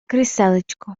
кріселечко